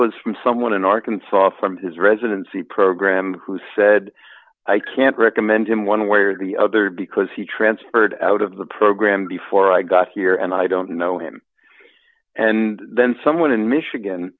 was from someone in arkansas from his residency program who said i can't recommend him one way or the other because he transferred out of the program before i got here and i don't know him and then someone in michigan